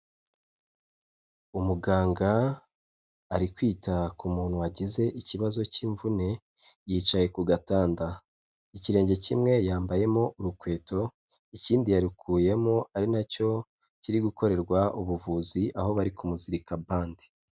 Umuganga ari kwita ku muntu wagize ikibazo cy'imvune, yicaye ku gatanda, ikirenge kimwe yambayemo urukweto ikindi yarukuyemo ari nacyo kiri gukorerwa ubuvuzi aho bari kumuzirika bande.